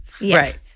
Right